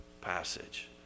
passage